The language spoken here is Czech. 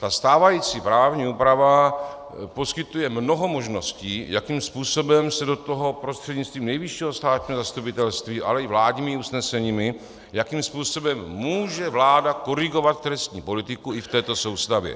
Stávající právní úprava poskytuje mnoho možností, jakým způsobem se do toho prostřednictvím Nejvyššího státního zastupitelství, ale i vládními usneseními, jakým způsobem může vláda korigovat trestní politiku i v této soustavě.